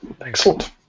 Excellent